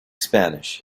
spanish